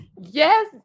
yes